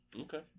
Okay